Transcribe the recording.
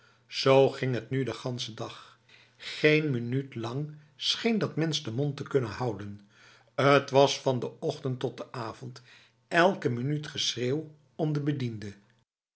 zo ging dat nu de ganse dag geen minuut lang scheen dat mens de mond te kunnen houden t was van de ochtend tot de avond elke minuut geschreeuw om de bediende